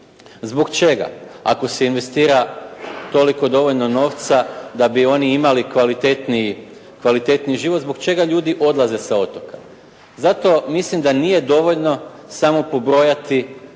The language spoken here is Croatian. Zbog čega? Ako se investira toliko dovoljno novca da bi oni imali kvalitetniji život, zbog čega ljudi odlaze sa otoka. Zato mislim da nije dovoljno samo pobrojati